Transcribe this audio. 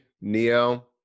Neo